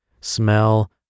smell